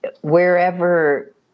wherever